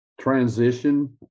Transition